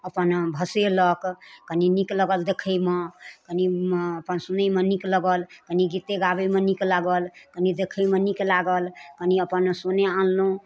अपन भसेलक कनी नीक लगल देखैमे कनी अपन सुनैमे नीक लगल कनी गीते गाबैमे नीक लागल कनी देखैमे नीक लागल कनी अपन सोने आनलहुँ